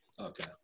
okay